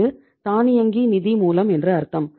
இது தானியங்கி நிதி மூலம் என்று அர்த்தம்